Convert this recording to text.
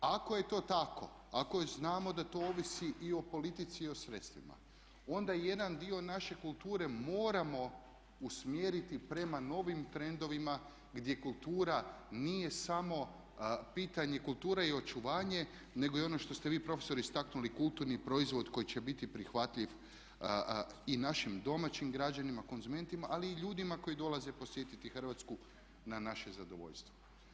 Ako je to tako, ako znamo da to ovisi i o politici i o sredstvima onda jedan dio naše kulture moramo usmjeriti prema novim trendovima gdje kultura nije samo pitanje kulture i očuvanje nego i ono što ste vi profesore istaknuli kulturni proizvod koji će biti prihvatljiv i našim domaćim građanima konzumentima ali i ljudima koji dolaze posjetiti Hrvatsku na naše zadovoljstvo.